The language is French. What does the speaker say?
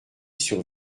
sur